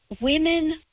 women